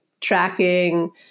tracking